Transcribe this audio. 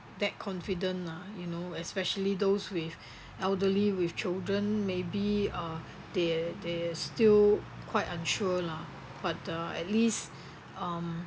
that confident lah you know especially those with elderly with children maybe uh they're they're still quite unsure lah but uh at least um